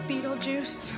Beetlejuice